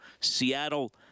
Seattle